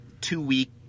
two-week